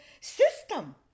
system